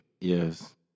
Yes